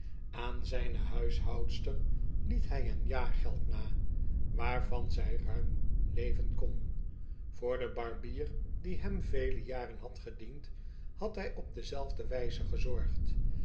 aan zyne huishoudster liet hy eenjaargeld na waarvan zij ruim leven kon voor den barbier die hem vele jaren had gediend had hij op dezelfde wyze gezorgd